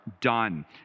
done